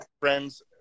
friends